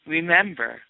Remember